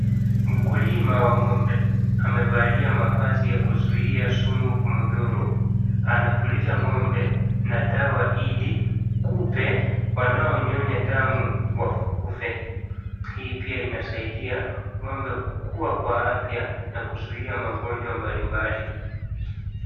Mkilma wa ngombe amevalia mavazi ya kuzuia sumu kumdhuru, anapuliza ngombe na dawa dhidi kupe wanaonyonya damu wakufe, hii pia inasaidia ngombe kukua kwa afya na kuzuia magonjwa mbali mbali.